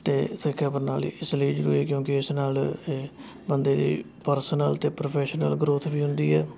ਅਤੇ ਸਿੱਖਿਆ ਪ੍ਰਣਾਲੀ ਇਸ ਲਈ ਜ਼ਰੂਰੀ ਹੈ ਕਿਉਂਕਿ ਇਸ ਨਾਲ਼ ਬੰਦੇ ਦੀ ਪਰਸਨਲ ਅਤੇ ਪ੍ਰੋਫੈਸ਼ਨਲ ਗਰੋਥ ਵੀ ਹੁੰਦੀ ਹੈ